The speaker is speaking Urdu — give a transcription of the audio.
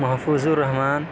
محفوظ الرحمٰن